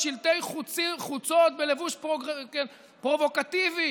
שלטי חוצות בלבוש פרובוקטיבי,